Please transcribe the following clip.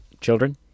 Children